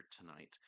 tonight